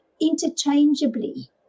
interchangeably